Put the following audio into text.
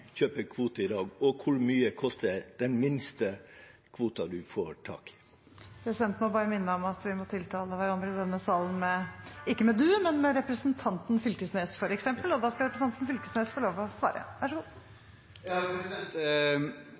kjøpe kvote i dag, og hvor mye koster den minste kvoten du får tak i? Presidenten må bare minne om at vi i denne salen ikke må tiltale hverandre med «du», men med «representanten» – Knag Fylkesnes, f.eks. Da skal representanten Knag Fylkesnes få lov å svare.